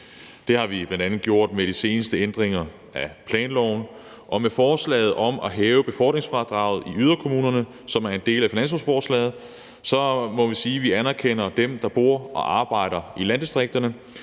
det har vi bl.a. gjort med de seneste ændringer af planloven, og med forslaget om at hæve befordringsfradraget i yderkommunerne, som er en del af finanslovsforslaget, må vi sige, at vi anerkender dem, der bor og arbejder i landdistrikterne,